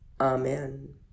Amen